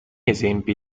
esempi